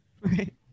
Right